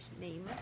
name